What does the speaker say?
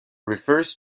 refers